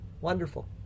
Wonderful